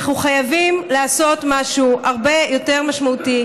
אנחנו חייבים לעשות משהו הרבה יותר משמעותי,